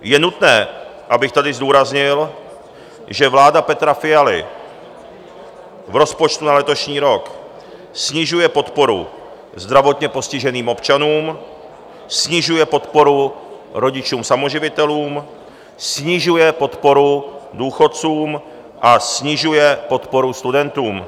Je nutné, abych tady zdůraznil, že vláda Petra Fialy v rozpočtu na letošní rok snižuje podporu zdravotně postiženým občanům, snižuje podporu rodičům samoživitelům, snižuje podporu důchodcům a snižuje podporu studentům.